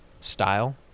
style